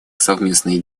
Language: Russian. совместных